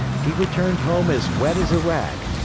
he returned home as wet as a rag,